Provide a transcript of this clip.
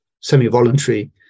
semi-voluntary